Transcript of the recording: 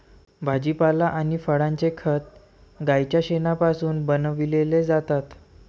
भाजीपाला आणि फळांचे खत गाईच्या शेणापासून बनविलेले जातात